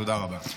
תודה רבה.